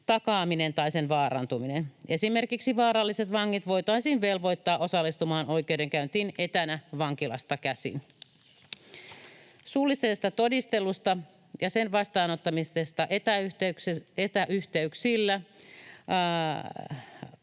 takaaminen tai sen vaarantuminen. Esimerkiksi vaaralliset vangit voitaisiin velvoittaa osallistumaan oikeudenkäyntiin etänä vankilasta käsin. Suullisesta todistelusta ja sen vastaanottamisesta etäyhteyksillä